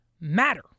matter